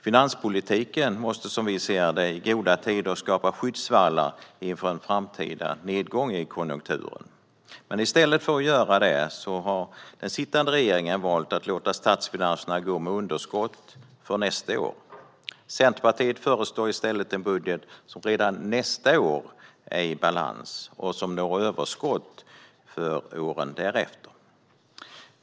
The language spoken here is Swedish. Finanspolitiken måste, som vi ser det, i goda tider skapa skyddsvallar inför en framtida nedgång i konjunkturen. Men i stället för att göra det har den sittande regeringen valt att låta statsfinanserna gå med underskott för nästa år. Centerpartiet föreslår i stället en budget som redan nästa år är i balans och som når överskott åren därefter.